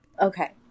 okay